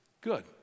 Good